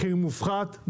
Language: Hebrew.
מחיר מופחת,